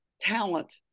talent